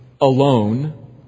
alone